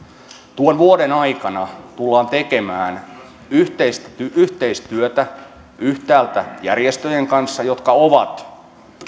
tuon vuoden aikana tullaan tekemään yhteistyötä yhteistyötä yhtäältä järjestöjen kanssa jotka ovat